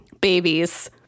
babies